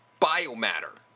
biomatter